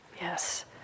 yes